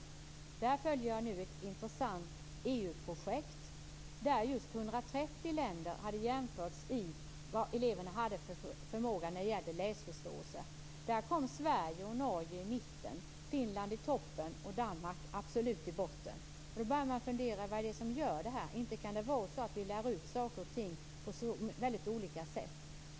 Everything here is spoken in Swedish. Jag följer nu ett intressant EU-projekt där 130 länder har jämförts när det gäller elevers läsförståelse. Här kom Sverige och Norge i mitten, Finland i toppen och Danmark absolut i botten. Då börjar man fundera på vad det är som gör detta. Inte kan det vara så att vi lär ut saker och ting på så olika sätt.